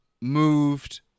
moved